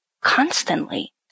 constantly